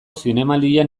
zinemaldian